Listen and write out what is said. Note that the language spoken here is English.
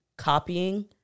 copying